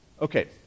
Okay